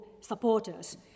supporters